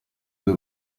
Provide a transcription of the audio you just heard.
due